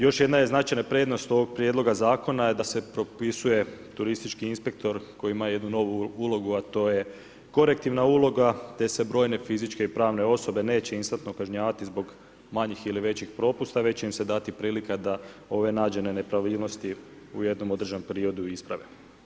Još jedna je značajna prednost ovog prijedloga zakona, da se propisuje turistički inspektor koji ima jednu novu ulogu, a to je korektivna uloga, te se brojne fizičke i pravne osobe, neće instantno kažnjavati zbog manjih ili većih propusta, već će im se dati prilika, da ove nađene nepravilnosti u jednom određenom periodu i isprave.